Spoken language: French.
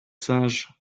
singes